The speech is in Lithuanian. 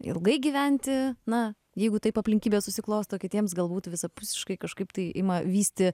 ilgai gyventi na jeigu taip aplinkybės susiklosto kitiems galbūt visapusiškai kažkaip tai ima vysti